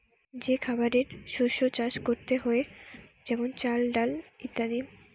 যে খাবারের শস্য চাষ করতে হয়ে যেমন চাল, ডাল ইত্যাদি